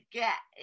get